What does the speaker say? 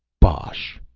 bosh!